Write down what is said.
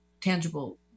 tangible